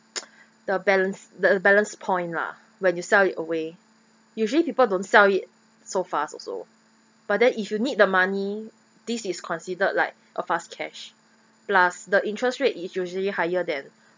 the balance the balanced point lah when you sell it away usually people don't sell it so fast also but then if you need the money this is considered like a fast cash plus the interest rate is usually higher than